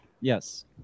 yes